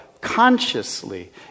consciously